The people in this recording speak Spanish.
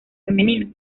femenino